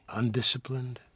undisciplined